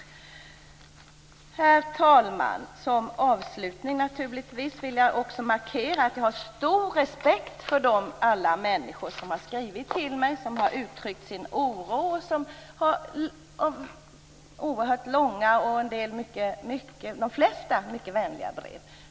Herr talman! Jag vill markera att jag har stor respekt för alla de människor som har skrivit till mig. De har uttryckt sin oro i långa och mestadels vänliga brev.